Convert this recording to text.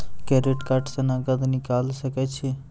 Credit card से नगद निकाल सके छी?